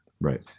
Right